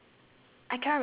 I cannot remember